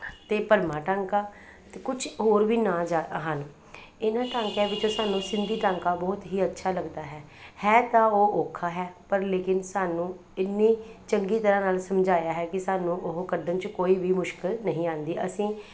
ਅਤੇ ਭਰਮਾ ਟਾਂਕਾ ਅਤੇ ਕੁਝ ਹੋਰ ਵੀ ਨਾਂ ਯਾ ਹਨ ਇਹਨਾਂ ਟਾਂਕਿਆਂ ਵਿੱਚੋਂ ਸਾਨੂੰ ਸਿੰਧੀ ਟਾਂਕਾ ਬਹੁਤ ਹੀ ਅੱਛਾ ਲੱਗਦਾ ਹੈ ਹੈ ਤਾਂ ਉਹ ਔਖਾ ਹੈ ਪਰ ਲੇਕਿਨ ਸਾਨੂੰ ਇੰਨੀ ਚੰਗੀ ਤਰ੍ਹਾਂ ਨਾਲ ਸਮਝਾਇਆ ਹੈ ਕਿ ਸਾਨੂੰ ਉਹ ਕੱਢਣ 'ਚ ਕੋਈ ਵੀ ਮੁਸ਼ਕਲ ਨਹੀਂ ਆਉਂਦੀ ਅਸੀਂ